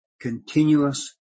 continuous